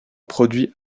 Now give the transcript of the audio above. produit